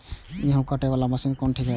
गेहूं कटे वाला मशीन कोन ठीक होते?